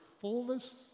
fullness